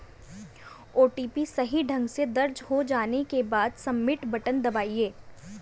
OTP सही ढंग से दर्ज हो जाने के बाद, सबमिट बटन दबाएं